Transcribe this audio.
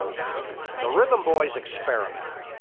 the rhythm boys experimented.